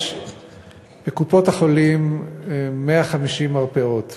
יש בקופות-החולים 150 מרפאות,